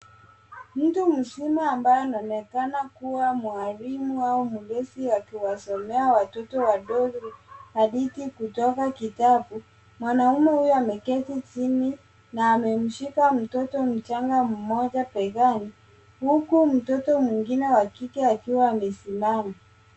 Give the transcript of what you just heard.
Mtu mzima ambaye anaonekana kuwa mwalimu au mlezi akiwasomea watoto wadogo hadithi kutoka kitabu. Mwanaume huyo ameketi chini na amemshika mtoto mchanga mmoja begani huku mtoto mwingine wa kike akiwa amesimama.